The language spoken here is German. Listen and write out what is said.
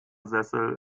sessel